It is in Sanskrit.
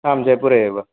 आम् जयपुरे एव